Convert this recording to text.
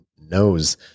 knows